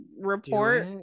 report